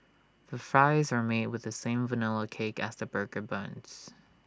the fries are made with the same Vanilla cake as the burger buns